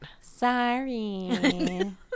Sorry